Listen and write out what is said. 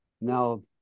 Now